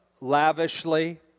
lavishly